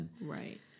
Right